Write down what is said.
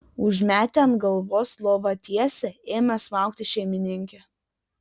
užmetę ant galvos lovatiesę ėmė smaugti šeimininkę